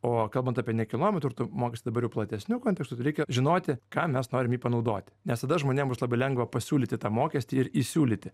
o kalbant apie nekilnojamo turto mokestį dabar jau platesniu kontekstu tai reikia žinoti kam mes norim jį panaudoti nes tada žmonėm bus labai lengva pasiūlyti tą mokestį ir įsiūlyti